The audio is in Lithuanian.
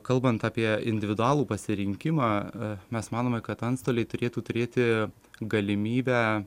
kalbant apie individualų pasirinkimą mes manome kad antstoliai turėtų turėti galimybę